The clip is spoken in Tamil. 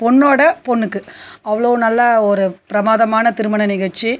பொண்ணோட பொண்ணுக்கு அவ்வளோ நல்ல ஒரு பிரமாதமான திருமண நிகழ்ச்சி